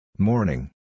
Morning